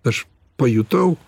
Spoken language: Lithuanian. aš pajutau